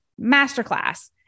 masterclass